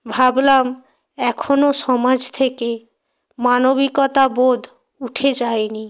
ভাবলাম এখনো সমাজ থেকে মানবিকতা বোধ উঠে যায়নি